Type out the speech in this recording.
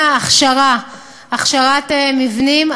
הכשרת מבנים,